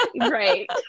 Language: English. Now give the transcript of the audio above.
Right